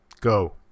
go